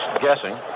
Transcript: guessing